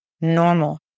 normal